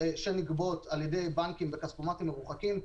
שנגבות על ידי בנקים בכספומטים מרוחקים,